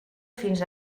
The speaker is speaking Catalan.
fins